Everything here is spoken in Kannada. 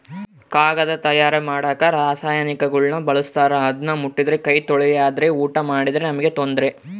ಕಾಗದ ತಯಾರ ಮಾಡಕ ರಾಸಾಯನಿಕಗುಳ್ನ ಬಳಸ್ತಾರ ಅದನ್ನ ಮುಟ್ಟಿದ್ರೆ ಕೈ ತೊಳೆರ್ಲಾದೆ ಊಟ ಮಾಡಿದ್ರೆ ನಮ್ಗೆ ತೊಂದ್ರೆ